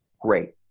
great